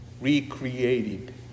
recreated